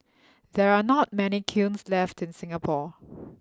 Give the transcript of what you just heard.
there are not many kilns left in Singapore